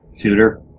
shooter